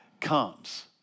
comes